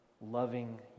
loving